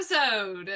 episode